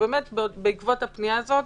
ובאמת בעקבות הפנייה הזאת